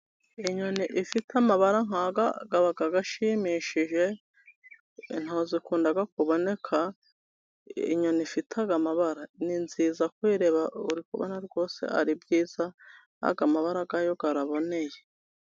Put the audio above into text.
Inyoni ifite amabara nk'aya aba ashimishije ,ntabwo zikunda kuboneka, inyoni ifite aya mabara ni nziza kuyireba, uri kubona rwose ari byiza, aya mabara yayo araboneye.